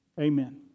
Amen